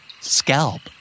Scalp